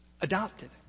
adopted